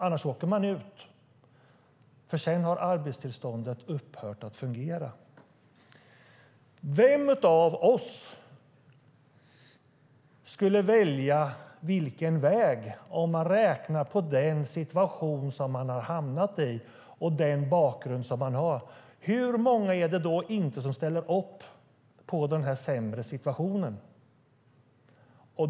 Annars åker man ut, för då har arbetstillståndet upphört. Vilken väg ska de välja med tanke på den situation de är i och den bakgrund de har? Hur många är det inte som ställer upp på den sämre situationen?